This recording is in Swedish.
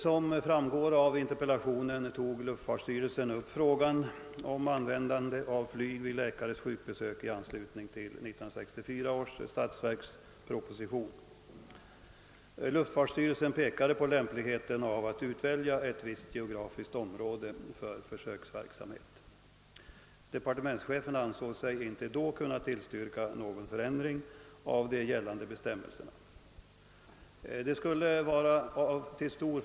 Som framgår av interpellationen tog luftfartsstyrelsen i anslutning till 1964 års statsverksproposition upp frågan om användande av flyg vid läkares sjukbesök. Luftfartsstyrelsen pekade då på lämpligheten av att utvälja ett visst geografiskt område för försöksverksamhet. Departementschefen ansåg sig emellertid då inte kunna tillstyrka någon förändring av gällande bestämmelser.